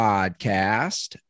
Podcast